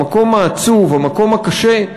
המקום העצוב, המקום הקשה,